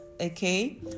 okay